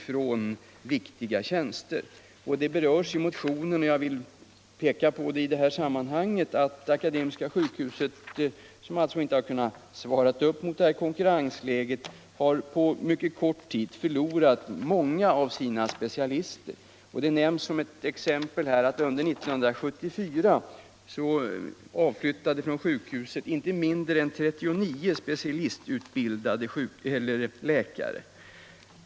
Förhållandet berörs i motionen, men jag vill peka på det även i detta sammanhang. område Akademiska sjukhuset, som inte har kunnat hävda sig i detta konkurrensläge, har alltså på mycket kort tid förlorat många av sina specialister. Som ett exempel på detta nämns i motionen att under 1974 inte mindre än 39 specialistutbildade läkare avflyttade från sjukhuset.